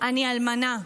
אני אלמנה.